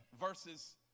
versus